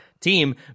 team